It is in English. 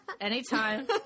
anytime